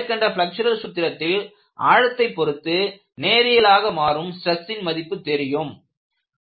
மேற்கண்ட பிலெக்சுரல் சூத்திரத்தில் ஆழத்தை பொறுத்து நேரியலாக மாறும் ஸ்ட்ரெஸ்சின் மதிப்பு தெரியும்